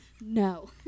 No